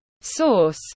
Source